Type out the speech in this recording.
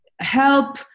help